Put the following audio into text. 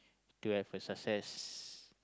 to have a success